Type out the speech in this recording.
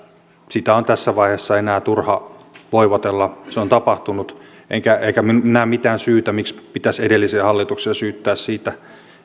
sitä on tässä vaiheessa enää turha voivotella se on tapahtunut enkä näe mitään syytä miksi pitäisi edellisiä hallituksia syyttää siitä